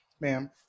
ma'am